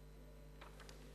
בבקשה.